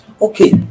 Okay